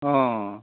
অঁ